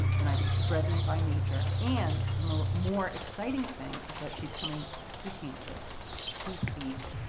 and um brethren by nature. and the more more exciting thing is that she's coming to campus to speak.